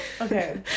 Okay